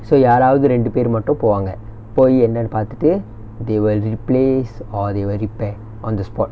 so யாராவது ரெண்டு பேர் மட்டும் போவாங்க போய் என்னானு பாத்துட்டு:yaaraavathu rendu per mattum povaanga poyi ennaannu paathuttu they will replace or they will repair on the spot